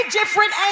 different